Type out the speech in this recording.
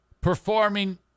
performing